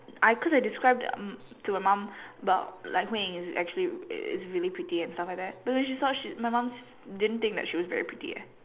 I cause I described um to my mum about like Hui-Ying is actually is is really pretty and stuff like that but when she saw she my mum didn't think she was very pretty eh